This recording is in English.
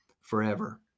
forever